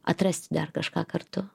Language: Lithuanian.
atrasti dar kažką kartu